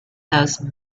those